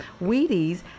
Wheaties